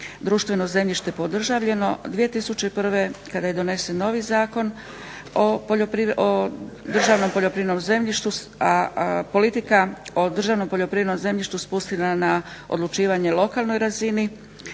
društveno zemljište podržavljeno, 2001. kada je donesen novi Zakon o državnom poljoprivrednom zemljištu, a politika o poljoprivrednom zemljištu spuštena na odlučivanje na lokalnoj razini,